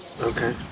Okay